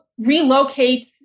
relocates